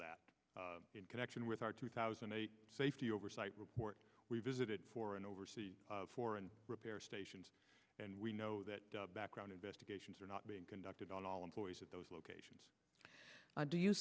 that in connection with our two thousand and eight safety oversight report we visited for an overseas four and repair stations and we know that background investigations are not being conducted on all employees at those locations do you